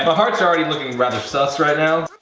but heart's already looking rather sussed right now.